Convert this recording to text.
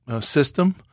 system